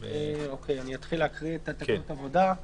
אני אתחיל להקריא את התקנות בעניין מקומות העבודה.